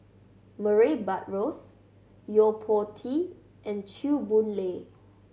Murray Buttrose Yo Po Tee and Chew Boon Lay